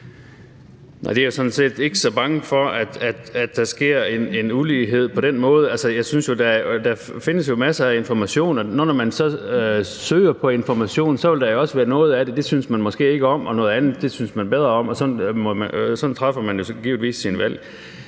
Nej, jeg er sådan set ikke så bange for, at der sker en ulighed på den måde. Altså, der findes jo masser af information, og når man så søger den information, vil der være noget af det, som man måske ikke synes om, og noget andet, som man synes bedre om, og sådan træffer man givetvis sine valg.